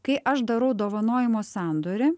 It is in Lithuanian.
kai aš darau dovanojimo sandorį